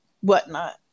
whatnot